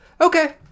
Okay